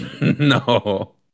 No